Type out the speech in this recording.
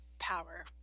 Power